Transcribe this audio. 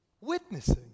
Witnessing